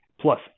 plus